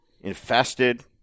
infested